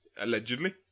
Allegedly